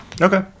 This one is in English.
Okay